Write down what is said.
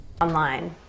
...online